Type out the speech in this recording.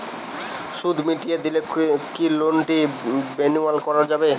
সুদ মিটিয়ে দিলে কি লোনটি রেনুয়াল করাযাবে?